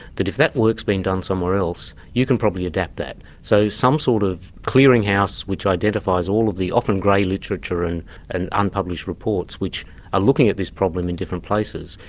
if that work's been done somewhere else you could probably adapt that. so, some sort of clearing house which identifies all of the often grey literature and and unpublished reports which are looking at this problem in different places.